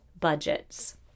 budgets